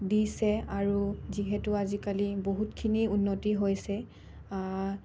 দিছে আৰু যিহেতু আজিকালি বহুতখিনি উন্নতি হৈছে